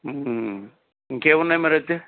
ఇంకేమున్నాయి మరైతే